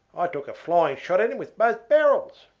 i took a flying shot at him with both barrels.